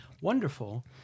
wonderful